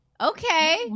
Okay